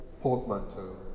portmanteau